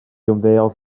ymddeol